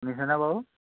শুনিছে নে বাৰু